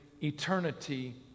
eternity